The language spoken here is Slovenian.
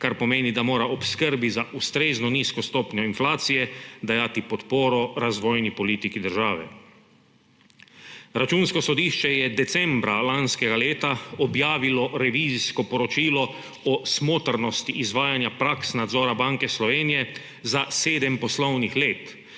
kar pomeni, da mora ob skrbi za ustrezno nizko stopnjo inflacije dajati podporo razvojni politiki države. Računsko sodišče je decembra lanskega leta objavilo revizijsko poročilo o smotrnosti izvajanja praks nadzora Banke Slovenije za 7 poslovnih let